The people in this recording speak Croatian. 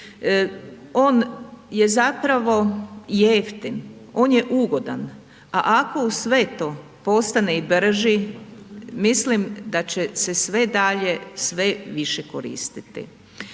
on je zapravo jeftin, on je ugodan, a ako uz sve to postane i brži, mislim da će se sve dalje sve više koristiti.